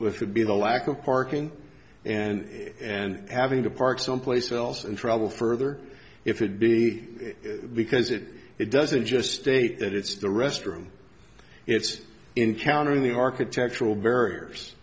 with would be the lack of parking and and having to park someplace else and travel further if it be because it it doesn't just state that it's the restroom it's encountered in the architectural barriers